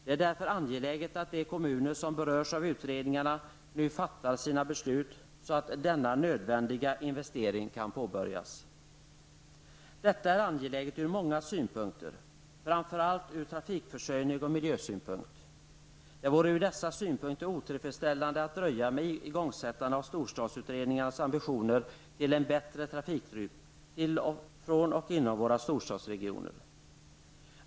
Det är därför angeläget att de kommuner som berörs av utredningarna nu fattar sina beslut, så att denna nödvändiga investering kan påbörjas. Detta är angeläget ur många synpunkter, framför allt när det gäller trafikförsörjning och ur miljösynpunkt. Det vore ur dessa synpunkter otillfredsställande att dröja med igångsättande av storstadsutredningarnas ambitioner till en bättre trafikrytm till, från och inom våra storstadsregioner.